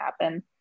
happen